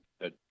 Good